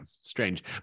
strange